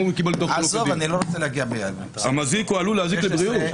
אני מדבר על משהו שמזיק או עלול להזיק לבריאות.